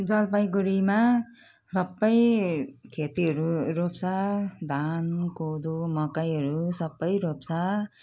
जलपाइगुडीमा सबै खेतीहरू रोप्छ धान कोदो मकैहरू सबै रोप्छ